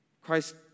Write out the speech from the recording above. Christ